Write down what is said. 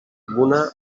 comuna